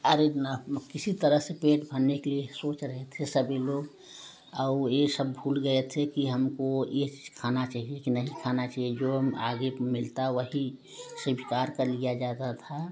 किसी तरह से पेट भरने के लिए सोच रहे थे सभी लोग औ ये सब भूल गये थे कि हमको ये चीज़ खाना चाहिए कि नहीं जो आगे मिलता वही स्वीकार कर लिया जाता था